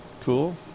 Cool